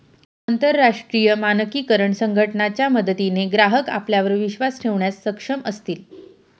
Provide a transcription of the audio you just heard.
अंतरराष्ट्रीय मानकीकरण संघटना च्या मदतीने ग्राहक आपल्यावर विश्वास ठेवण्यास सक्षम असतील